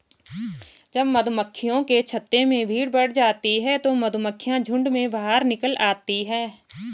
जब मधुमक्खियों के छत्ते में भीड़ बढ़ जाती है तो मधुमक्खियां झुंड में बाहर निकल आती हैं